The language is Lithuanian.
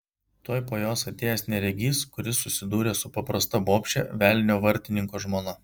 tuoj po jos atėjęs neregys kuris susidūrė su paprasta bobše velnio vartininko žmona